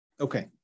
Okay